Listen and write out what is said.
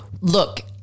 look